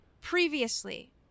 Previously